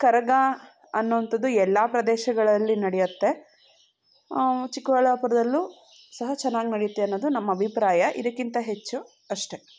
ಕರಗ ಅನ್ನೋವಂಥದ್ದು ಎಲ್ಲ ಪ್ರದೇಶಗಳಲ್ಲಿ ನಡೆಯುತ್ತೆ ಚಿಕ್ಕಬಳ್ಳಾಪುರದಲ್ಲೂ ಸಹ ಚೆನ್ನಾಗಿ ನಡೆಯುತ್ತೆ ಅನ್ನೋದು ನಮ್ಮ ಅಭಿಪ್ರಾಯ ಇದಕ್ಕಿಂತ ಹೆಚ್ಚು ಅಷ್ಟೇ